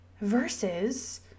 Versus